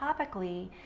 topically